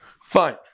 Fine